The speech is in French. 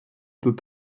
peut